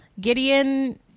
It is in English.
Gideon